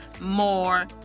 more